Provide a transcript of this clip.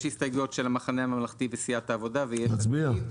יש הסתייגויות של המחנה הממלכתי וסיעת העבודה ויש עתיד,